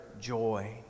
joy